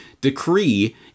decree